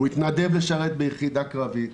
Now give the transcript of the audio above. הוא התנדב לשרת ביחידה קרבית,